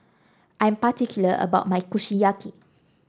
I am particular about my Kushiyaki